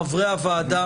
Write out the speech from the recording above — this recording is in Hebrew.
חברי הוועדה,